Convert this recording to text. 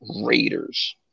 Raiders